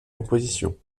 composition